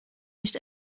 nicht